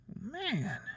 Man